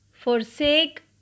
Forsake